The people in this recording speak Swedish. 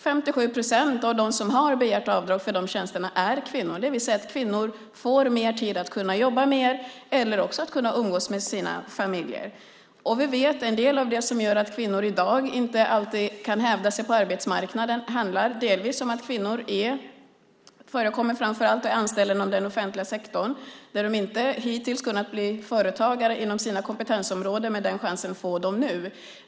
57 procent av dem som har begärt avdrag för de tjänsterna är kvinnor, det vill säga att kvinnor får mer tid, så att de kan jobba mer eller kan umgås med sina familjer. Vi vet att en del av det som gör att kvinnor i dag inte alltid kan hävda sig på arbetsmarknaden handlar om att kvinnor framför allt är anställda inom den offentliga sektorn där de hittills inte kunnat bli företagare inom sina kompetensområden. Men den chansen får de nu.